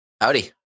howdy